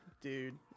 dude